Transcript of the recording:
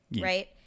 right